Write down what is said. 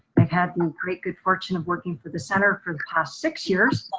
i've had a great good fortune of working for the center for the past six years,